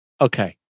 Okay